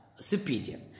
superior